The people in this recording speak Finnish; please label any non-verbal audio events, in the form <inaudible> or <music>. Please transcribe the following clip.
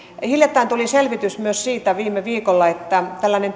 hiljattain viime viikolla tuli selvitys myös siitä että vaaditaan tällainen <unintelligible>